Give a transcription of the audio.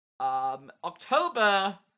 october